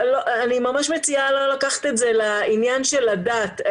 אני ממש מציעה לא לקחת את זה לעניין של הדת,